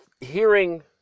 hearing